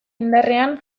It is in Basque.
indarrean